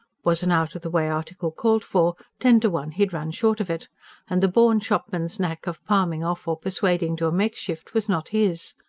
was an out-of-the-way article called for, ten to one he had run short of it and the born shopman's knack of palming off or persuading to a makeshift was not his.